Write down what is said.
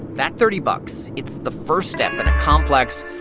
that thirty bucks it's the first step in a complex,